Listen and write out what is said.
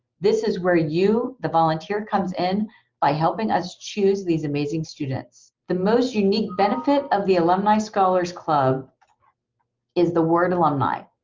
this is where you, the volunteer, comes in by helping us choose these amazing students. the most unique benefit of the alumni scholars club is the word alumni.